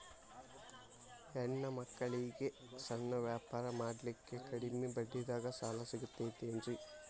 ಹೆಣ್ಣ ಮಕ್ಕಳಿಗೆ ಸಣ್ಣ ವ್ಯಾಪಾರ ಮಾಡ್ಲಿಕ್ಕೆ ಕಡಿಮಿ ಬಡ್ಡಿದಾಗ ಸಾಲ ಸಿಗತೈತೇನ್ರಿ?